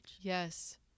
yes